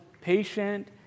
patient